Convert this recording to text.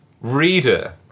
reader